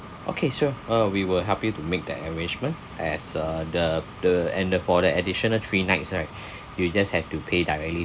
okay sure uh we will help you to make that arrangement as uh the the and uh for the additional three nights right you just have to pay directly